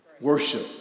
worship